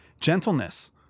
Gentleness